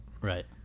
Right